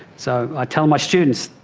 so i tell my students,